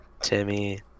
Timmy